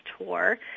tour